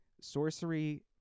Sorcery